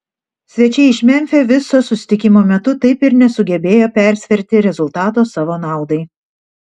svečiai iš memfio viso susitikimo metu taip ir nesugebėjo persverti rezultato savo naudai